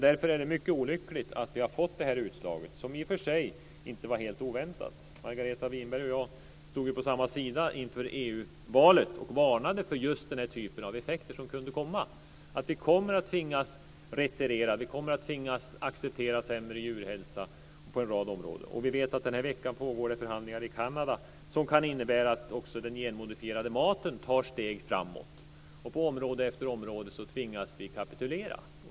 Därför är det mycket olyckligt att vi har fått det här utslaget, som i och för sig inte var helt oväntat. Margareta Winberg och jag stod ju på samma sida inför EU-valet och varnade för just den här typen av effekter som kunde komma. Vi kommer att tvingas att retirera. Vi kommer att tvingas att acceptera sämre djurhälsa på en rad områden. Vi vet att den här veckan pågår det förhandlingar i Kanada som kan innebära att också den genmodifierade maten tar steg framåt. På område efter område tvingas vi att kapitulera.